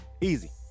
easy